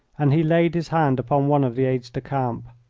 and he laid his hand upon one of the aides-de-camp.